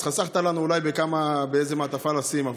אז חסכת לנו אולי איזו מעטפה לשים.